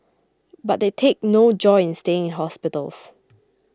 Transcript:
but they take no joy in staying in hospitals